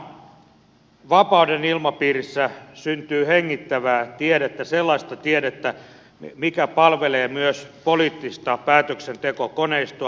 nimenomaan vapauden ilmapiirissä syntyy hengittävää tiedettä sellaista tiedettä mikä palvelee myös poliittista päätöksentekokoneistoa